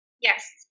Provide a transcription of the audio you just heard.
Yes